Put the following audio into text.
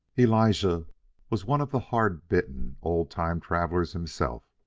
elijah was one of the hard-bitten old-time travelers himself.